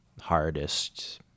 hardest